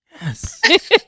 yes